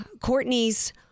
Courtney's